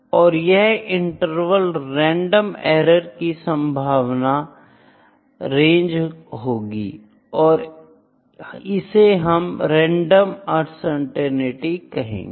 और यह interval random error की संभावित रेंज होगी और इसे हम रेंडम उनसेरटेनिटी कहेंगे